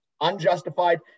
unjustified